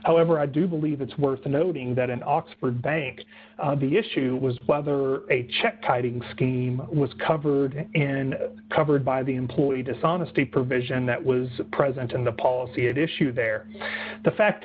however i do believe it's worth noting that in oxford bank the issue was whether a check kiting scheme was covered in covered by the employee dishonesty provision that was present in the policy at issue there the fact